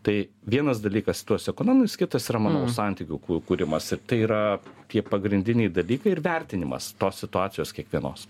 tai vienas dalykas į tuos ekonominius kitas yra manau santykių kū kūrimas ir tai yra tie pagrindiniai dalykai ir vertinimas tos situacijos kiekvienos